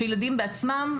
שילדים פיתחו בעצמם,